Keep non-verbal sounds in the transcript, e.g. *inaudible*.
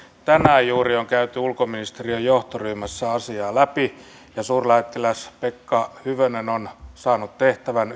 tänään juuri on käyty ulkoministeriön johtoryhmässä asiaa läpi ja suurlähettiläs pekka hyvönen on saanut tehtävän *unintelligible*